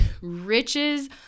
riches